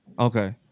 Okay